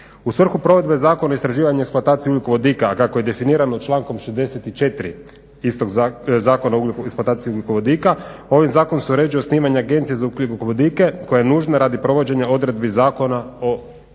U svrhu provedbe Zakona o istraživanju i eksploataciji ugljikovodika, a kako je definirano člankom 64. istog Zakona o eksploataciji ugljikovodika ovim zakonom se uređuje osnivanje Agencije za ugljikovodike koja je nužna radi provođenja odredbi Zakona o istraživanju